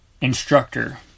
instructor